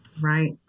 Right